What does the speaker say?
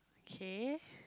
K